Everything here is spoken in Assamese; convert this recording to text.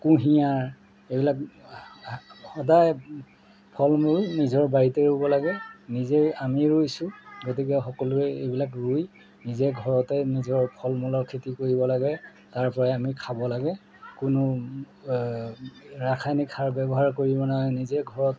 কুঁহিয়াৰ এইবিলাক সদায় ফল মূল নিজৰ বাৰীতে ৰুব লাগে নিজেই আমিও ৰুইছোঁ গতিকে সকলোৱে এইবিলাক ৰুই নিজে ঘৰতে নিজৰ ফল মূলৰ খেতি কৰিব লাগে তাৰপৰাই আমি খাব লাগে কোনো ৰাসায়নিক সাৰ ব্যৱহাৰ কৰিব নোৱাৰে নিজে ঘৰত